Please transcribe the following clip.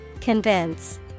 Convince